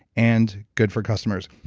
and good for customers.